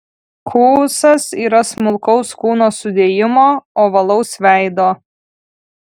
kuusas yra smulkaus kūno sudėjimo ovalaus veido